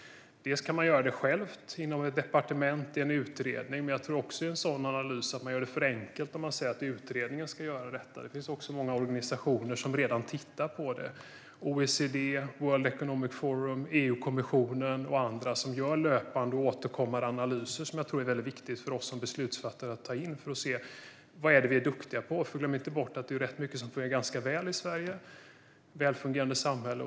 Detta kan man göra själv, inom ett departement och i en utredning, men jag tror att man i en sådan analys gör det för enkelt om man säger att utredningen ska göra det. Det finns också många organisationer som redan tittar på detta: OECD, World Economic Forum, EU-kommissionen och andra som gör löpande och återkommande analyser. Jag tror att det är viktigt för oss som beslutsfattare att ta in de analyserna för att se vad vi är duktiga på. Glöm inte bort att det är rätt mycket som fungerar ganska väl i Sverige; det är ett välfungerande samhälle.